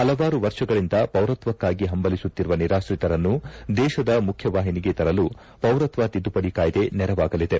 ಹಲವಾರು ವರ್ಷಗಳಿಂದ ಪೌರತ್ವಕ್ಕಾಗಿ ಪಂಬಲಿಸುತ್ತಿರುವ ನಿರಾತ್ರಿತರನ್ನು ದೇಶದ ಮುಖ್ಯವಾಹಿನಿಗೆ ತರಲು ಪೌರತ್ವ ತಿದ್ದುಪಡಿ ಕಾಯ್ದೆ ನೆರವಾಗಲಿದೆ